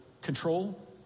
control